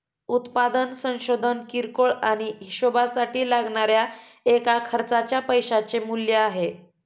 उत्पादन संशोधन किरकोळ आणि हीशेबासाठी लागणाऱ्या एका खर्चाच्या पैशाचे मूल्य आहे